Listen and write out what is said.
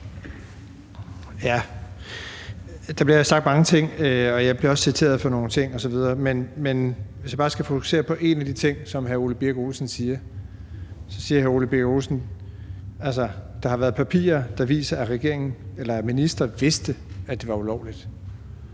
(S): Der bliver sagt mange ting, og jeg bliver også citeret for nogle ting osv. Men hvis jeg bare skal fokusere på en af de ting, som hr. Ole Birk Olesen siger, så er det udsagnet om, at der er papirer, der viser, at ministeren vidste, at det var ulovligt.